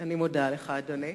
אני מודה לך, אדוני.